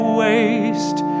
waste